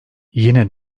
yine